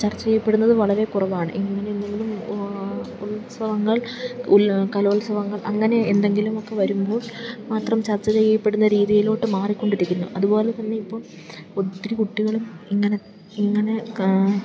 ചർച്ച ചെയ്യപ്പെടുന്നത് വളരെ കുറവാണ് ഇങ്ങനെ എന്തെങ്കിലും ഉത്സവങ്ങൾ കലോത്സവങ്ങൾ അങ്ങനെ എന്തെങ്കിലും ഒക്കെ വരുമ്പോൾ മാത്രം ചർച്ച ചെയ്യപ്പെടുന്ന രീതിയിലോട്ട് മാറിക്കൊണ്ടിരിക്കുന്നു അതുപോലെത്തന്നെ ഇപ്പോൾ ഒത്തിരി കുട്ടികളും ഇങ്ങനെ ഇങ്ങനെ